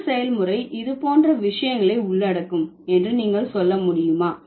எந்த செயல்முறை இது போன்ற விஷயங்களை உள்ளடக்கும் என்று நீங்கள் சொல்ல முடியுமா